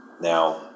Now